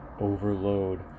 overload